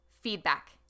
feedback